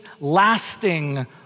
lasting